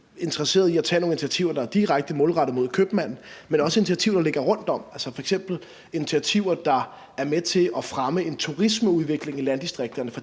interesseret i at tage nogle initiativer, der er direkte målrettet mod købmanden, men også initiativer, der ligger rundt om, altså f.eks. initiativer, der er med til at fremme en turismeudvikling i landdistrikterne.